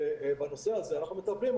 ובנושא הזה אנחנו מטפלים.